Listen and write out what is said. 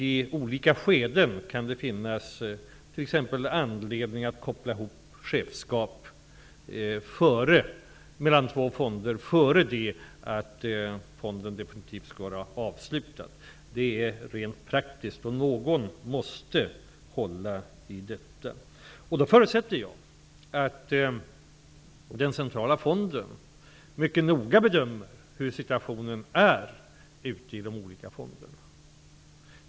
Vid olika skeden kan det finnas anledning att t.ex. mellan två fonder koppla ihop chefskap innan fonderna definitivt skall vara avslutade. Det är praktiskt. Någon måste ju hålla i detta. Då förutsätter jag att den centrala fonden mycket noga bedömer hur situationen är ute i de olika fonderna.